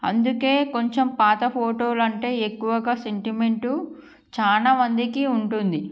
అందుకే కొంచెం పాత ఫోటోలు అంటే ఎక్కువగా సెంటిమెంటు చాలా మందికి ఉంటుంది